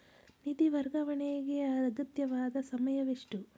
ನಿಧಿ ವರ್ಗಾವಣೆಗೆ ಅಗತ್ಯವಾದ ಸಮಯವೆಷ್ಟು?